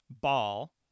ball